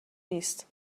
نیست